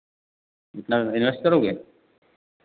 इतना इन्वेस्ट करोगे